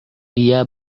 dia